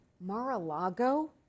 Mar-a-Lago